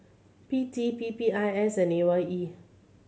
P T P P I S and A Y E